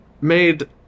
made